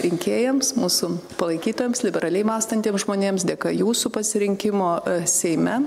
rinkėjams mūsų palaikytojams liberaliai mąstantiems žmonėms dėka jūsų pasirinkimo seime